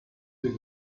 der